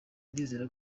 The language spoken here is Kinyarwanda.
ndizera